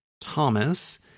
Thomas